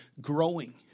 growing